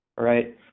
right